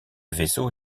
vaisseau